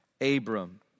Abram